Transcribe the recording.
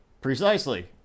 Precisely